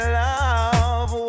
love